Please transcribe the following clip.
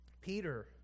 Peter